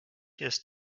ist